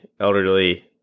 elderly